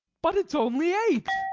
but it's only eight.